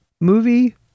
movie